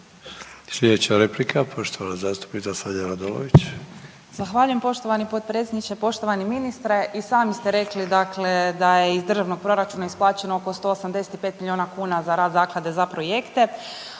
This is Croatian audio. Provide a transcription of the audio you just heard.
Slijedeća replika poštovana zastupnica Sanja Radolović. **Radolović, Sanja (SDP)** Zahvaljujem poštovani potpredsjedniče. Poštovani ministre, i sami ste rekli dakle da je iz državnog proračuna isplaćeno oko 185 milijuna kuna za rad zaklade za projekte.